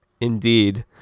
Indeed